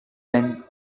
ben